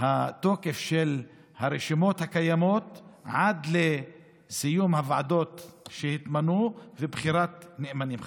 התוקף של הרשימות הקיימות עד לסיום הוועדות שהתמנו לבחירת נאמנים חדשים.